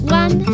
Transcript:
one